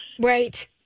Right